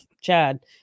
Chad